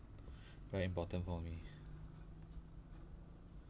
very important for me